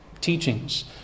teachings